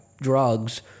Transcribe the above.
drugs